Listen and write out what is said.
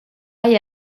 hay